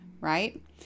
right